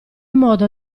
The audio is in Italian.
modo